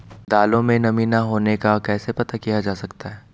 दालों में नमी न होने का कैसे पता किया जा सकता है?